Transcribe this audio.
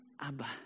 Abba